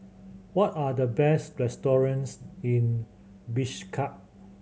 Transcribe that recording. what are the best restaurants in Bishkek